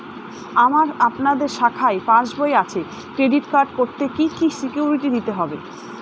আমার আপনাদের শাখায় পাসবই আছে ক্রেডিট কার্ড করতে কি কি সিকিউরিটি দিতে হবে?